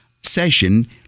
session